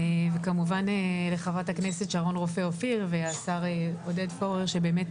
וכמובן לחברת הכנסת שרון רופא אופיר והשר עודד פורר שבאמת